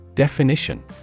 Definition